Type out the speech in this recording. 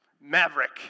Maverick